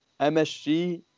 MSG